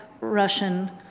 Russian